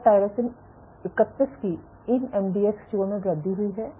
और टायरोसिन 31 की इन एमडीएक्स चूहों में वृद्धि हुई है